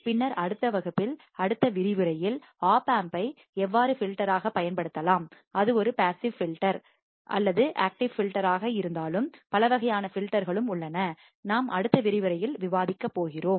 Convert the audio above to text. பின்னர் அடுத்த வகுப்பில் அடுத்த விரிவுரையில் ஓப்பம்பை எவ்வாறு பில்டராகப் பயன்படுத்தலாம் அது ஒரு பாசிவ் பில்டர் வடிப்பானா அல்லது அது ஆக்டிவ் பில்டராக இருந்தாலும் பல வகையான பில்டர் களும் உள்ளன நாம் அடுத்த விரிவுரையில் விவாதிக்கப் போகிறோம்